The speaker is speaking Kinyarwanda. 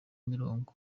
mirongo